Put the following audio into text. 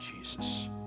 Jesus